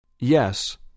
Yes